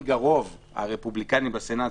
מנהיג הרוב הרפובליקני בסנאט,